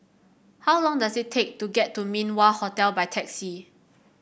how long does it take to get to Min Wah Hotel by taxi